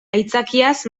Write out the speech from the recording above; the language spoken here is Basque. aitzakiaz